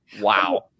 Wow